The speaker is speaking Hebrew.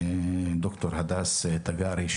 ד"ר הדס תגרי,